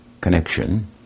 connection